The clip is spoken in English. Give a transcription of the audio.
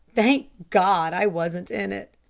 thank god i wasn't in it.